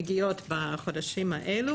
מגיעות בחודשים אלו,